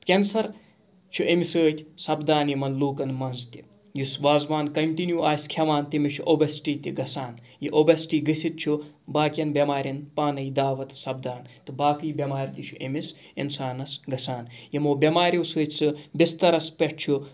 cancer چھُ أمۍ سۭتۍ سَپدان یِمَن لوٗکَن منٛز تہِ یُس وازوان کَنٹِنیوٗ آسہِ کھٮ۪وان تٔمِس چھُ اوٚبیسٹی تہِ گَژھان یہِ اوبیسٹی گٔژھِتھ چھُ باقیَن بیمارٮ۪ن پانَے دعوت سَپدان تہٕ باقٕے بٮ۪مارِ تہِ چھِ أمِس اِنسانَس گَژھان یِمو بٮ۪ماریو سۭتۍ سُہ بِستَرَس پٮ۪ٹھ چھُ